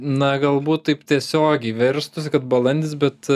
na galbūt taip tiesiogiai virstųsi kad balandis bet